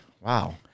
Wow